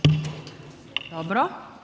Dobro.